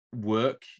work